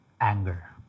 anger